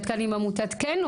את כאן עם עמותת כן?